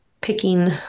picking